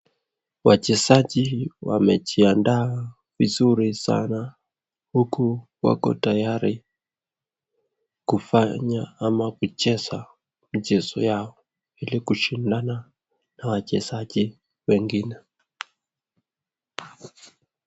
Wachezaji wamejiandaa vizuri sana huku wako tayari kufanya ama kucheza mchezo yao ili kushindana na wachezaji wengine.